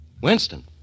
Winston